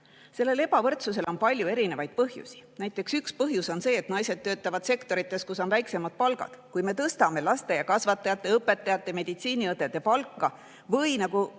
Sellel ebavõrdsusel on palju põhjusi. Üks põhjus on näiteks see, et naised töötavad sektorites, kus on väiksemad palgad. Kui me tõstame lasteaiakasvatajate, õpetajate ja meditsiiniõdede palka, või nagu